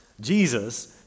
Jesus